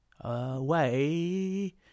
away